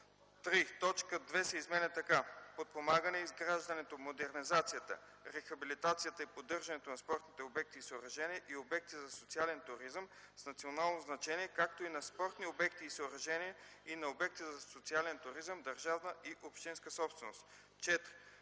3. Точка 2 се изменя така: „2. подпомагане изграждането, модернизацията, рехабилитацията и поддържането на спортни обекти и съоръжения и обекти за социален туризъм с национално значение, както и на спортни обекти и съоръжения и на обекти за социален туризъм – държавна и общинска собственост;” 4.